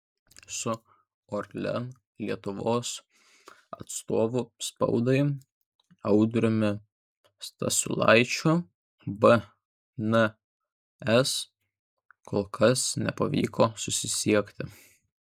su orlen lietuvos atstovu spaudai audriumi stasiulaičiu bns kol kas nepavyko susisiekti